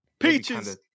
Peaches